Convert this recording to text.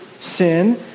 sin